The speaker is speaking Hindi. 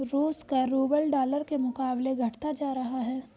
रूस का रूबल डॉलर के मुकाबले घटता जा रहा है